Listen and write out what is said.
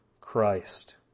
Christ